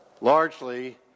largely